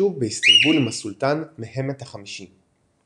ונפגשו באיסטנבול עם הסולטאן מהמט החמישי.